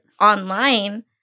Online